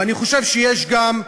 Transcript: ואני חושב שיש גם,